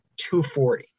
240